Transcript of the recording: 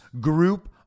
group